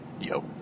Yo